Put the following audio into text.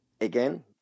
Again